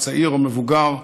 צעיר או מבוגר,